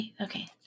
Okay